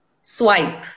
swipe